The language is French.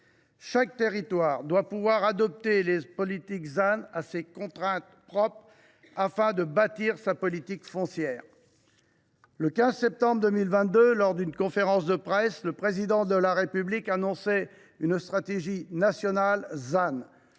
Chaque territoire doit pouvoir adapter les politiques ZAN à ses contraintes propres, afin de bâtir sa politique foncière. Le 15 septembre 2022, lors d’une conférence de presse, le Président de la République annonçait une stratégie nationale ZAN